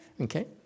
Okay